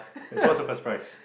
wait so what's the first prize